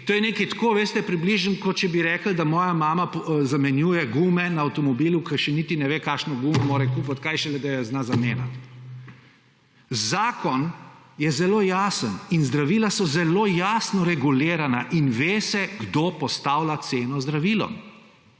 To je približno tako, veste, kot če bi rekli, da moja mama zamenjuje gume na avtomobilu, pa še niti ne ve, kakšno gumo mora kupiti, kaj šele, da jo zna zamenjati. Zakon je zelo jasen in zdravila so zelo jasno regulirana in ve se, kdo postavlja ceno zdravilom.